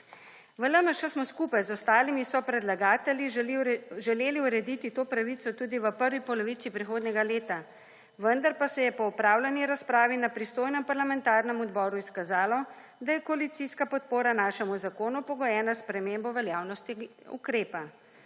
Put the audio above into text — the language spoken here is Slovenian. v LMŠ smo skupaj z ostalimi sopredlagatelji želeli urediti to pravico tudi v prvi polovici prihodnjega leta, vendar pa se je po opravljeni razpravi na pristojnem parlamentarnem odboru izkazalo, da je koalicijska podpora našemu zakonu pogojena s spremembo veljavnosti ukrepa.